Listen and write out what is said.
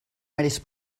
mèrits